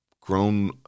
grown